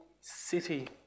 city